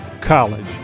college